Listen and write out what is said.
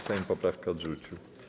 Sejm poprawkę odrzucił.